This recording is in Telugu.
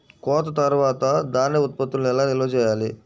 కోత తర్వాత ధాన్య ఉత్పత్తులను ఎలా నిల్వ చేయాలి?